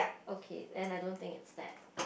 okay then I don't think it's that